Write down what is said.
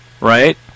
right